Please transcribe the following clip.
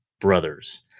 brothers